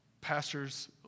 pastors